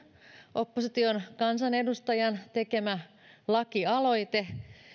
opposition kansanedustajan tekemä lakialoite